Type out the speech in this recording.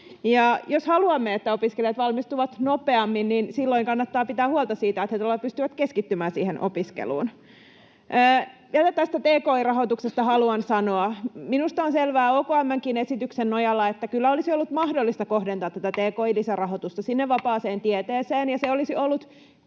Jos haluamme, että opiskelijat valmistuvat nopeammin, silloin kannattaa pitää huolta siitä, että he todella pystyvät keskittymään opiskeluun. Vielä tästä tki-rahoituksesta haluan sanoa, että minusta on selvää OKM:nkin esityksen nojalla, että kyllä olisi ollut mahdollista kohdentaa tätä tki-lisärahoitusta sinne vapaaseen tieteeseen,